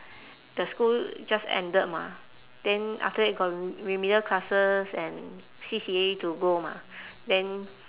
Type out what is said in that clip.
the school just ended mah then after that got remedial classes and C_C_A to go mah then